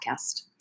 podcast